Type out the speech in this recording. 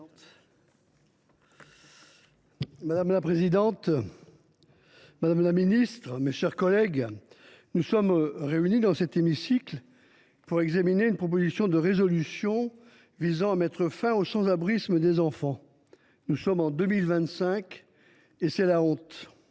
Madame la présidente, madame la ministre, mes chers collègues, nous sommes réunis dans cet hémicycle pour examiner une proposition de résolution visant à mettre fin au sans abrisme des enfants. Nous sommes en 2025, et c’est la honte.